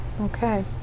okay